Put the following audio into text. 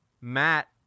matt